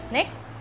Next